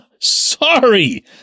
Sorry